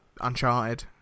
Uncharted